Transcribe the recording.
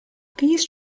these